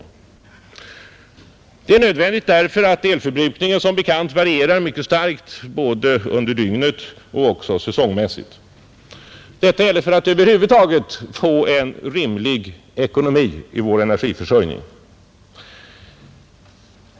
Detta är nödvändigt därför att elförbrukningen som bekant varierar mycket starkt både under dygnet och också säsongmässigt. Detta gäller för att över huvud taget få en rimlig ekonomi i vår energiförsörjning.